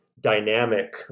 dynamic